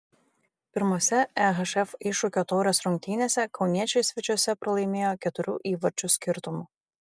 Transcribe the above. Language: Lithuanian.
pirmose ehf iššūkio taurės rungtynėse kauniečiai svečiuose pralaimėjo keturių įvarčių skirtumu